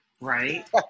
Right